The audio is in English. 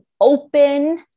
open